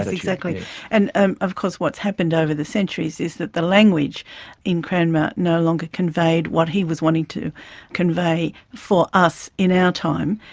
exactly and um of course what's happened over the centuries is that the language in cranmer no longer conveyed what he was wanting to convey for us in our time,